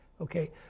Okay